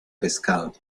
pescado